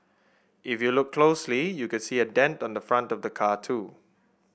if you look closely you could see a dent on the front of the car too